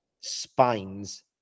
spines